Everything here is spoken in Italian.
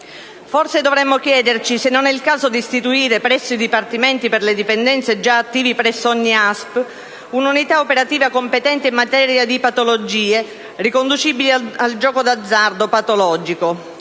Forse dovremmo chiederci se non è il caso di istituire, presso i dipartimenti per le dipendenze già attivi presso ogni ASP, un'unità operativa competente in materia di patologie riconducibili al gioco d'azzardo patologico,